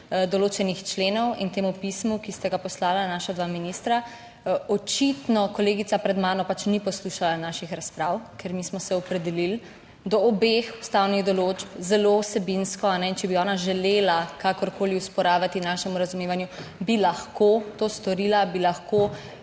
določenih členov in temu pismu, ki sta ga poslala naša dva ministra. Očitno kolegica pred mano pač ni poslušala naših razprav, ker mi smo se opredelili do obeh ustavnih določb zelo vsebinsko. In če bi ona želela kakorkoli osporavati našemu razumevanju, bi lahko to storila, bi lahko